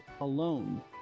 alone